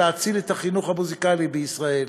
להציל את החינוך המוזיקלי בישראל,